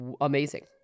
amazing